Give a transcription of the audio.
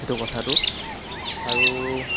সেইটো কথাটো আৰু